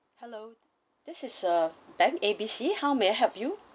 hello this is uh bank A B C how may I help you